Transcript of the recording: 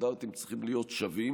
הסטנדרטים צריכים להיות שווים.